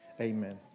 Amen